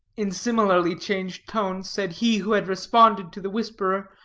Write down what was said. in similarly changed tones said he who had responded to the whisperer,